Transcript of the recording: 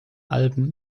alben